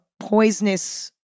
Poisonous